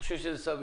אני חושב שזה סביר.